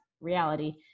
reality